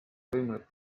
toimunud